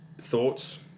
Thoughts